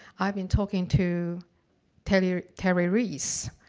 i'd been talking too terry ah terry reese